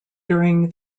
during